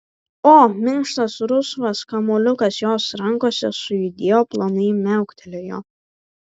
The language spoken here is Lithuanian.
o minkštas rusvas kamuoliukas jos rankose sujudėjo plonai miauktelėjo